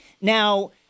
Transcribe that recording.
Now